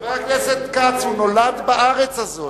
חבר הכנסת כץ, הוא נולד בארץ הזאת.